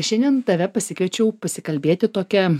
šiandien tave pasikviečiau pasikalbėti tokia